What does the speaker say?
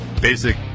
basic